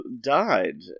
died